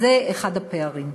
זה אחד הפערים.